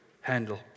handle